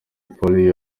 polly